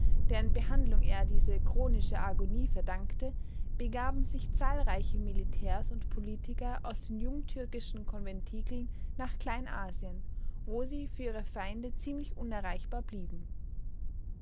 deren behandlung er diese chronische agonie verdankte begaben sich zahlreiche militärs und politiker aus den jungtürkischen konventikeln nach kleinasien wo sie für ihre feinde ziemlich unerreichbar blieben